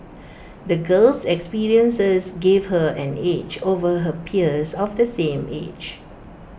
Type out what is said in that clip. the girl's experiences gave her an edge over her peers of the same age